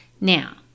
Now